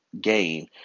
game